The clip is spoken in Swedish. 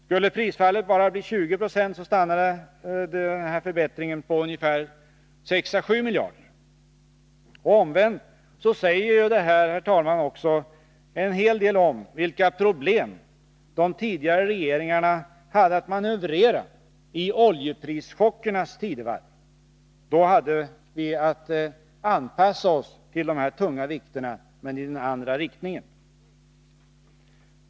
Skulle prisfallet bara bli 20 20 stannar förbättringen på ungefär 6 å 7 miljarder kronor. Omvänt säger detta också, herr talman, en hel del om vilka problem de tidigare regeringarna hade att manövrera i oljeprischockernas tidevarv. Då hade vi att anpassa oss till de här tunga vikterna, men i den andra riktningen.